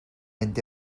mynd